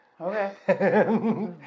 Okay